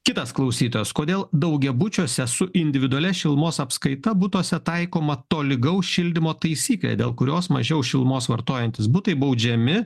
kitas klausytojas kodėl daugiabučiuose su individualia šilumos apskaita butuose taikoma tolygaus šildymo taisyklė dėl kurios mažiau šilumos vartojantys butai baudžiami